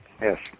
yes